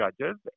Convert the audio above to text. judges